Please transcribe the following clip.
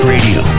Radio